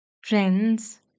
Friends